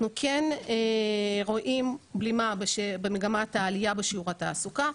אנחנו כן רואים בלימה במגמת העלייה בשיעור התעסוקה,